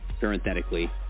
Parenthetically